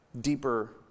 deeper